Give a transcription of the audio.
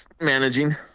managing